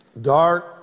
Dark